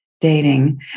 dating